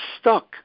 stuck